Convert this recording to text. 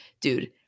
dude